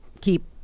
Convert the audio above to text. keep